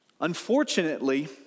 Unfortunately